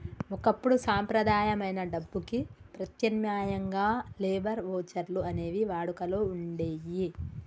ఒకప్పుడు సంప్రదాయమైన డబ్బుకి ప్రత్యామ్నాయంగా లేబర్ వోచర్లు అనేవి వాడుకలో వుండేయ్యి